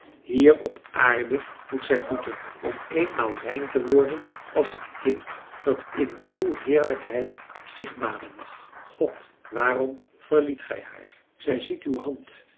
hier op aarde moet zij boeten om eenmaal rein te worden als het kind dat in uw heerlijkheid zich baden mag god waarom verliet gij haar zij ziet uw hand